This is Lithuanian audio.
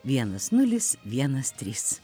vienas nulis vienas trys